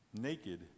Naked